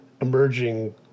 emerging